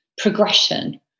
progression